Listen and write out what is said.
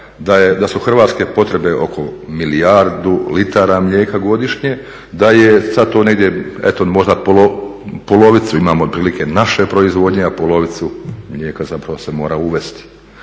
da su hrvatske potrebe oko milijardu litara mlijeka godišnje, da je sada to negdje eto možda polovicu imamo otprilike naše proizvodnje a polovicu mlijeka zapravo se mora uvesti.